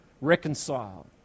reconciled